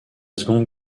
seconde